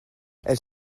elle